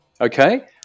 Okay